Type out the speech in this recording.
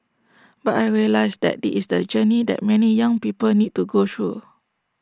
but I realised that this is the journey that many young people need to go through